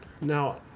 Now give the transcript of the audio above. now